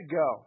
go